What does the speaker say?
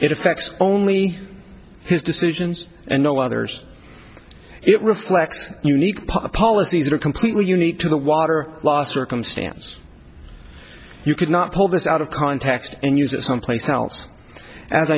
it affects only his decisions and no others it reflects unique policies that are completely unique to the water law circumstance you could not pull this out of context and use it someplace else as